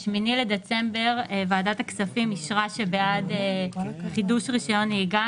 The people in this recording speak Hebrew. ב-8 לדצמבר ועדת הכספים אישרה שבעבור חידוש רישיון נהיגה